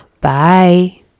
bye